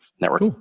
Network